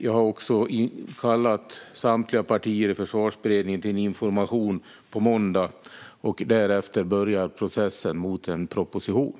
Jag har också kallat samtliga partier i Försvarsberedningen till ett informationstillfälle på måndag. Därefter börjar processen mot en proposition.